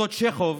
אותו צ'כוב